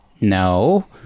no